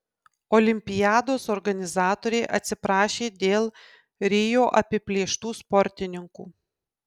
olimpiados organizatoriai atsiprašė dėl rio apiplėštų sportininkų